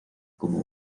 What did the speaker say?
como